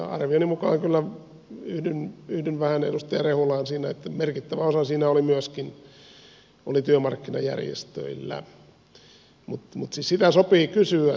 arvioni mukaan kyllä yhdyn vähän edustaja rehulaan siinä että merkittävä osa siinä oli myöskin työmarkkinajärjestöillä mutta sitä sopii siis kysyä